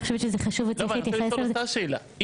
אני חושבת שזה חשוב וצריך להתייחס לזה --- היא